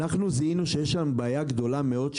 זיהינו שיש שם בעיה גדולה מאוד,